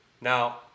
Now